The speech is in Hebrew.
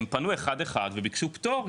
הם פנו אחד אחד וביקשו פטור,